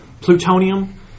plutonium